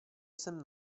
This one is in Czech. jsem